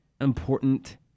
important